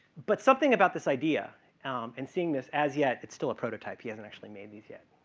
but something about this idea and seeing this as yet, it's still a prototype. he hasn't actually made these yet,